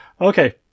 Okay